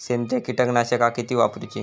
सेंद्रिय कीटकनाशका किती वापरूची?